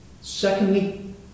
Secondly